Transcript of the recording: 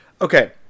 Okay